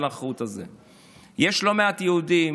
על החוט הזה: יש לא מעט יהודים